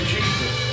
Jesus